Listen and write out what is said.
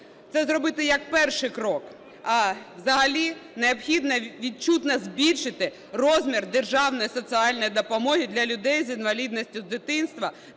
це зробити як перший крок. А взагалі необхідно відчутно збільшити розмір державної соціальної допомоги для людей з інвалідністю з дитинства